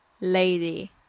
lady